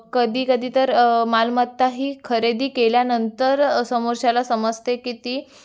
कधी कधी तर मालमत्ता ही खरेदी केल्यानंतर समोरच्याला समजते की ती